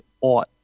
ought